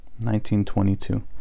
1922